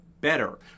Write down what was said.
better